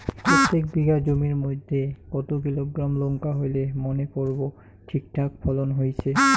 প্রত্যেক বিঘা জমির মইধ্যে কতো কিলোগ্রাম লঙ্কা হইলে মনে করব ঠিকঠাক ফলন হইছে?